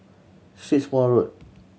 Strathmore Road